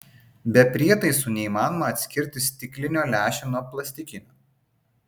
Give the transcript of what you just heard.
be prietaisų neįmanoma atskirti stiklinio lęšio nuo plastikinio